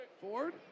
Ford